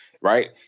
right